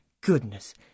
goodness